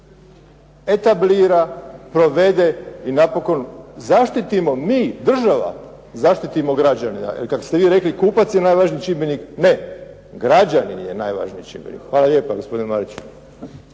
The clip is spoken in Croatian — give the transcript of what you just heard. etablira, provede i napokon zaštitimo mi, država zaštitimo građane. Kako ste vi rekli kupac je najvažniji čimbenik. Ne, građanin je najvažniji čimbenik. Hvala lijepa gospodine Marić.